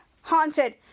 haunted